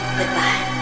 goodbye